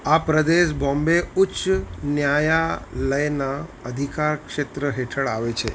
આ પ્રદેશ બોમ્બે ઉચ્ચ ન્યાયાલયનાં અધિકાર ક્ષેત્ર હેઠળ આવે છે